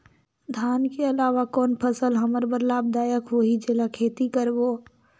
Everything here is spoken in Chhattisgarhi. धान के अलावा कौन फसल हमर बर लाभदायक होही जेला खेती करबो?